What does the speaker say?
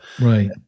Right